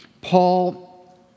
Paul